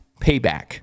payback